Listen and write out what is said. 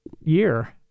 year